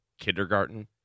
kindergarten